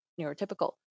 neurotypical